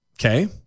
Okay